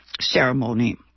ceremony